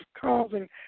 causing